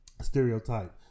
stereotype